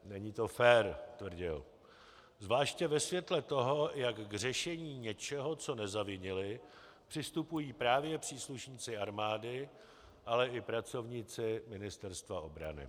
Není to fér, tvrdil, zvlášť ve světle toho, jak k řešení něčeho, co nezavinili, přistupují právě příslušníci armády, ale i pracovníci Ministerstva obrany.